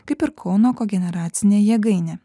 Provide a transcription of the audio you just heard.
kaip ir kauno kogeneracinė jėgainė